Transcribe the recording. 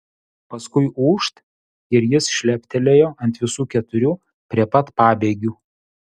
paskui ūžt ir jis šleptelėjo ant visų keturių prie pat pabėgių